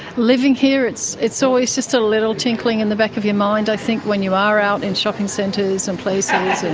living here it's it's always just a little tinkling in the back of your mind, i think, when you are out in shopping centres and places,